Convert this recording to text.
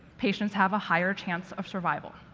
patients have a higher chance of survival.